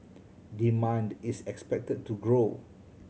demand is expected to grow